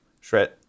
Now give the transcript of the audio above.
shred